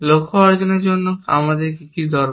লক্ষ্য অর্জনের জন্য আমাদের কী করা দরকার